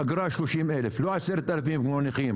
ואגרה 30,000, לא 10,000 כמו הנכים.